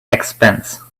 expense